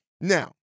Now